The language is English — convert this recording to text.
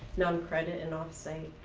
noncredit and off-site.